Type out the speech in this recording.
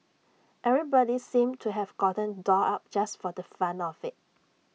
everybody seemed to have gotten dolled up just for the fun of IT